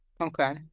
Okay